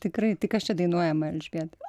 tikrai tai kas čia dainuojama elžbieta